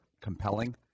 compelling